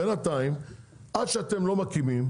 בינתיים עד שאתם לא מקימים,